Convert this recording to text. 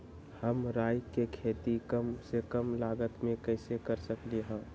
हम राई के खेती कम से कम लागत में कैसे कर सकली ह?